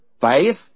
Faith